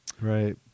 Right